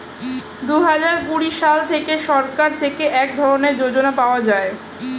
দুহাজার কুড়ি সাল থেকে সরকার থেকে এক ধরনের যোজনা পাওয়া যায়